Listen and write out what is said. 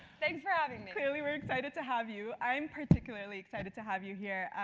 thanks for having me. clearly, we're excited to have you. i'm particularly excited to have you here.